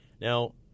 now